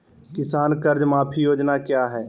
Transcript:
किसान कर्ज माफी योजना क्या है?